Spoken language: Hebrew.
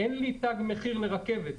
אין לי תג מחיר לרכבת,